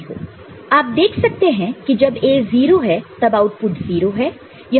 आप देख सकते हैं कि जब A 0 तब आउटपुट 0 है